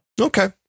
Okay